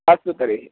अस्तु तर्हि